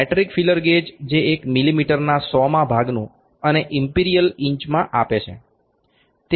metric feeler gauge જે એક મીલીમીટરના સો માં ભાગનું અને ઇમ્પિરિયલ ઇંચમાં આપે છે